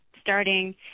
starting